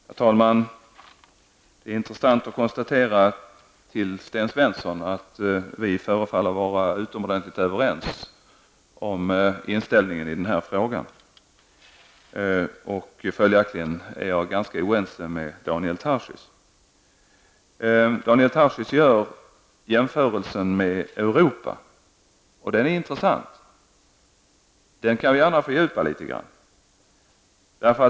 Herr talman! Det är intressant att konstatera att Sten Svensson och jag förefaller utomordentligt överens när det gäller inställningen i den här frågan. Följaktligen är jag ganska oense med Daniel Tarschys gör jämförelsen med Europa, och den är intressant. Den kan vi gärna fördjupa litet grand.